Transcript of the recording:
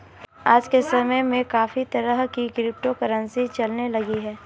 आज के समय में काफी तरह की क्रिप्टो करंसी चलने लगी है